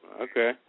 Okay